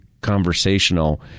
conversational